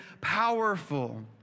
powerful